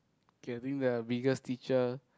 getting the biggest teacher